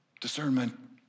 Discernment